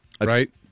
right